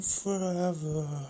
forever